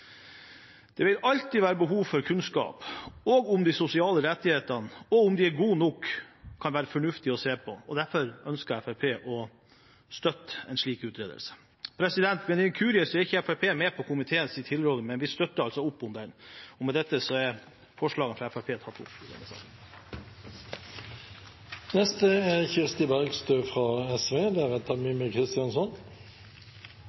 Det vil alltid være behov for kunnskap, òg om de sosiale rettighetene. Om de er gode nok, kan være fornuftig å se på. Derfor ønsker Fremskrittspartiet å støtte en slik utredning. Ved en inkurie er ikke Fremskrittspartiet med på komiteens tilråding, men vi støtter den altså. Selvstendig næringsdrivende og frilansere har vært igjennom en veldig tøff tid. Skaperglede og virketrang ble for mange er